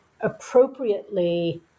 appropriately